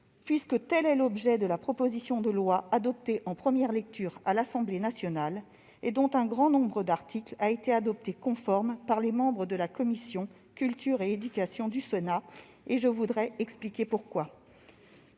puisque tel est l'objet de la proposition de loi votée en première lecture à l'Assemblée nationale et dont un grand nombre d'articles a été adopté conforme par les membres de la commission de la culture, de l'éducation et de la communication du Sénat. Je voudrais expliquer pourquoi